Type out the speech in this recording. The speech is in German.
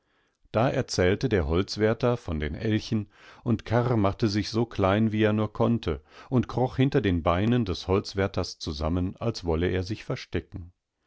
da erzählte der holzwärter von den elchen und karr machte sich so klein wie er nur konnte und kroch hinter den beinen des holzwärters zusammen alswolleersichverstecken aber der